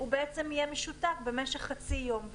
בעצם יהיה משותק במשך חצי יום.